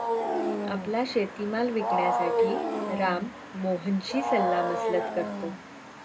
आपला शेतीमाल विकण्यासाठी राम मोहनशी सल्लामसलत करतो